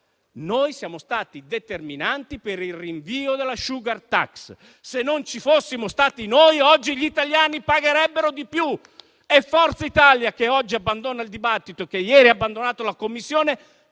noi siamo stati determinanti per il rinvio della *sugar tax*. Se non ci fossimo stati noi, oggi gli italiani pagherebbero di più e Forza Italia, che oggi abbandona il dibattito e che ieri ha abbandonato la Commissione,